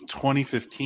2015